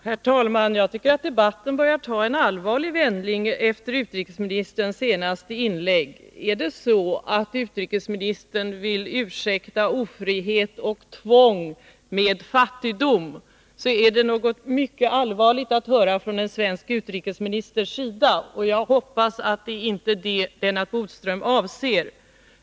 Herr talman! Jag tycker att debatten börjar ta en allvarlig vändning efter utrikesministerns senaste inlägg. Är det så att utrikesministern vill ursäkta ofrihet och tvång med fattigdom, så är det något mycket allvarligt att höra från en svensk utrikesministers sida. Jag hoppas att det inte är det Lennart Bodström avser.